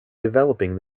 developing